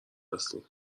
هستیم